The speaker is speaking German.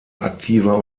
aktiver